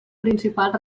principals